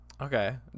Okay